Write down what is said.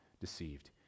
deceived